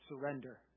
surrender